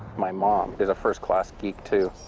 my mom is a first class geek too.